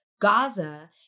Gaza